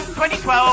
2012